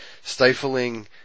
Stifling